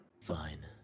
Fine